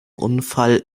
unfall